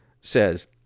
says